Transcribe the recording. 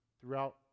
throughout